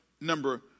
number